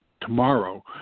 tomorrow